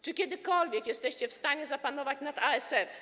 Czy kiedykolwiek jesteście w stanie zapanować nad ASF?